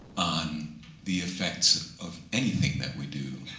on the effects of anything that we do.